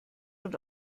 und